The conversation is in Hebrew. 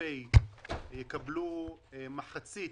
תש"ף יקבלו מחצית